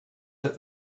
that